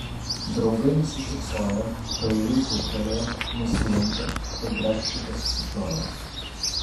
draugai nusišypsojo paeiliui tūptelėjo nusilenkė ir grakščiai pasisukiojo